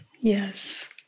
Yes